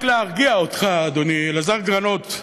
רק להרגיע אותך, אדוני: אלעזר גרנות,